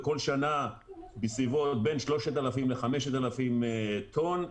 בכל שנה בין 3,000 ל-5,000 טון.